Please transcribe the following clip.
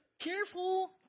careful